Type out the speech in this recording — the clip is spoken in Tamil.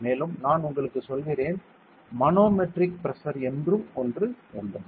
மேலும் நான் உங்களுக்கு சொல்கிறேன் மனோமெட்ரிக் பிரஷர் என்றும் ஒன்று உள்ளது